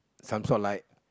some sort like